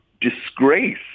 disgrace